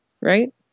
right